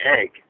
egg